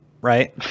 right